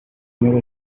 meu